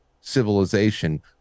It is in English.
civilization